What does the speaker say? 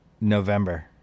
November